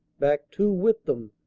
back too with them,